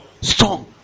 strong